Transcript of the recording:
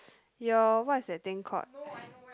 your what is that thing called